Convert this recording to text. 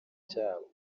cyabo